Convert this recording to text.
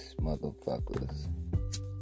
motherfuckers